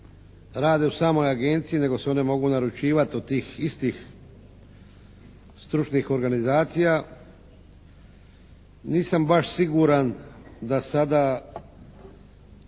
rade u samoj Agenciji, nego se one mogu naručivati od tih istih stručnih organizacija. Nisam baš siguran da sada